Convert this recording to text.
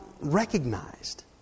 recognized